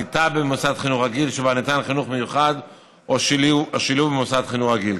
כיתה במוסד חינוך רגיל שבה ניתן חינוך מיוחד או שילוב במוסד חינוך רגיל.